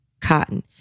cotton